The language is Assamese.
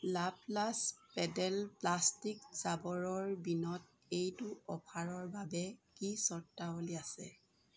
লাপ্লাষ্ট পেডেল প্লাষ্টিক জাবৰৰ বিনত এইটো অফাৰৰ বাবে কি চৰ্তাৱলী আছে